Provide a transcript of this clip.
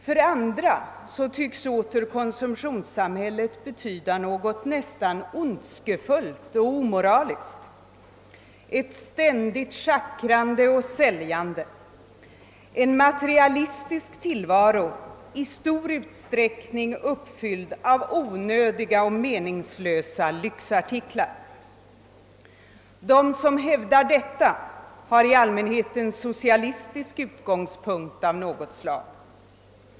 För andra åter tycks konsumtionssamhället betyda något nästan ondskefullt och omoraliskt — ett ständigt schackrande och säljande, en materialistisk tillvaro i stor utsträckning uppfylld av onödiga och meningslösa Ilyxartiklar. De som hävdar denna uppfattning har i allmänhet en socialistisk utgångspunkt av något slag.